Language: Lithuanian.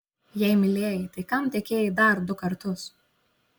jei mylėjai tai kam tekėjai dar du kartus